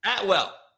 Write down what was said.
Atwell